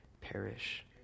perish